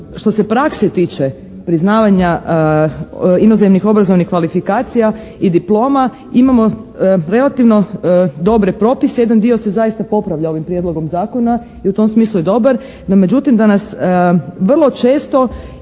što se prakse tiče priznavanja inozemnih obrazovnih kvalifikacija i diploma imamo relativno dobre propise, jedan dio se zaista popravlja ovim Prijedlogom zakona i u tom smislu je dobar, no međutim danas vrlo često